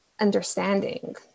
understanding